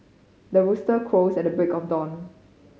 the rooster crows at the break of dawn